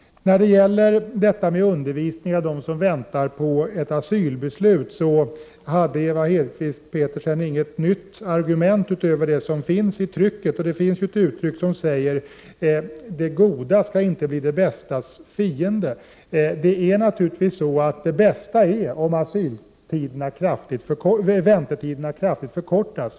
När det gäller undervisningen av dem som väntar på ett asylbeslut hade Ewa Hedkvist Petersen inget nytt argument utöver dem som finns i trycket. Det finns ett uttryck som säger följande: Det goda skall inte bli det bästas fiende. Det bästa är naturligtvis om väntetiderna kraftigt förkortas.